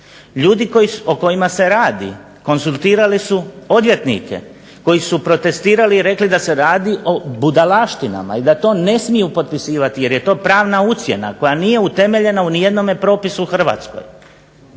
Ljudi o kojima se radi konzultirali su odvjetnike koji su protestirali i rekli da se radi o budalaštinama i da to ne smiju potpisivati jer je to pravna ucjena koja nije utemeljena u ni jednome propisu u Hrvatskoj.